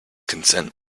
consent